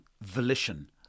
volition